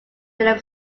william